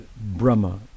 Brahma